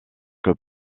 que